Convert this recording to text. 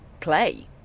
clay